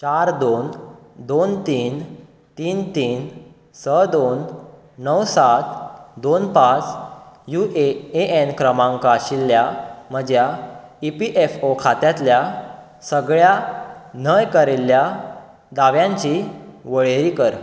चार दोन दोन तीन तीन तीन स दोन णव सात दोन पांच यू ए ए न क्रमांक आशिल्ल्या म्हज्या ई पी एफ ओ खात्यांतल्या सगळ्या न्हयकारिल्ल्या दाव्यांची वळेरी कर